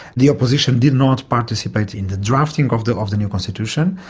the opposition did not participate in the drafting of the of the new constitution.